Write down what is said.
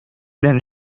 белән